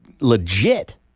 legit